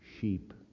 sheep